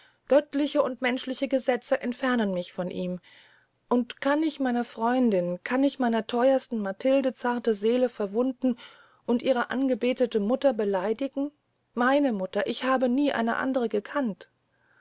göttliche und menschliche gesetze entfernen mich von ihm und kann ich meiner freundin kann ich meiner theuersten matilde zarte seele verwunden und ihre angebetete mutter beleidigen meine mutter ich habe nie eine andre gekannt